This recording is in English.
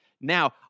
Now